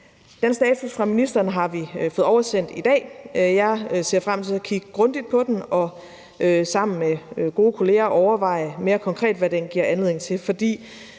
Den status fra ministeren har vi fået oversendt i dag. Jeg ser frem til at kigge grundigt på den og sammen med gode kolleger overveje mere konkret, hvad den giver anledning til,